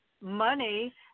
money